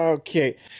Okay